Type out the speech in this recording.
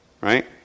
Right